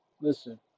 listen